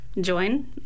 join